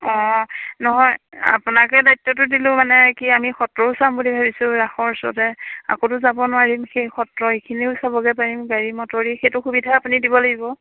অঁ নহয় আপোনাকে দায়িত্বটো দিলোঁ মানে কি আমি সত্ৰও চাম বুলি ভাবিছোঁ ৰাসৰ ওচৰতে আকৌতো যাব নোৱাৰিম সেই সত্ৰ এইখিনিও চাবগে পাৰিম গাড়ী মটৰ সেইটো সুবিধা আপুনি দিব লাগিব